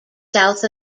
south